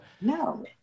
No